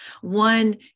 one